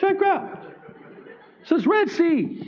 dry ground. it says red sea.